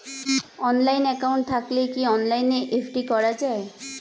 Online account থাকলে কি অনলাইনে এফ.ডি করা যায়?